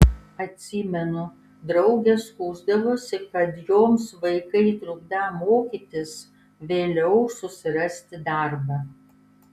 atsimenu draugės skųsdavosi kad joms vaikai trukdą mokytis vėliau susirasti darbą